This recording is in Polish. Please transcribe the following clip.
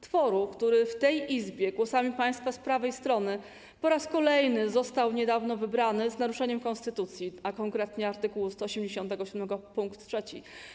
Tworu, który w tej Izbie głosami państwa z prawej strony po raz kolejny został niedawno wybrany z naruszeniem konstytucji, a konkretnie art. 187 ust. 3.